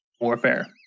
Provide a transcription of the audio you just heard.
Warfare